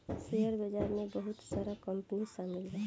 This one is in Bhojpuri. शेयर बाजार में बहुत सारा कंपनी शामिल बा